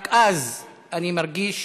רק אז אני מרגיש